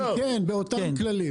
באותם כללים.